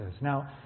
Now